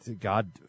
God